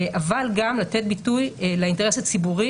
אבל גם לתת ביטוי לאינטרס הציבורי